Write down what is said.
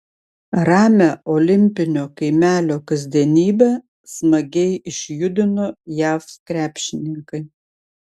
ramią olimpinio kaimelio kasdienybę smagiai išjudino jav krepšininkai